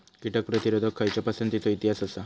कीटक प्रतिरोधक खयच्या पसंतीचो इतिहास आसा?